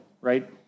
right